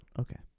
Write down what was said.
okay